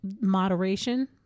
moderation